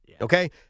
Okay